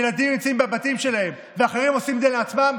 ילדים נמצאים בבתים שלהם ואחרים עושים את זה לעצמם,